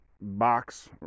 box